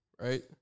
right